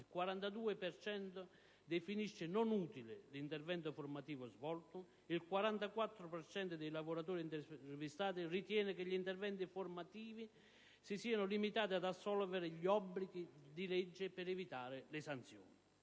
cento definisce non utile l'intervento formativo svolto; il 44 per cento ritiene che gli interventi formativi si siano limitati ad assolvere gli obblighi di legge per evitare le sanzioni.